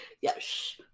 Yes